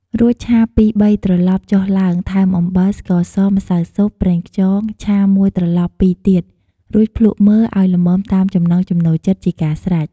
រួចឆាពីរបីត្រឡប់ចុះឡើង ថែមអំបិល ស្ករស ម្សៅស៊ុប ប្រេងខ្យង ឆាមួយត្រឡប់ពីរទៀត រួចភ្លក្សមើលឲ្យល្មមតាមចំណង់ចំណូលចិត្តជាការស្រេច។